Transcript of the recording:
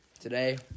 today